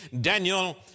Daniel